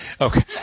Okay